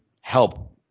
help –